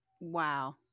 Wow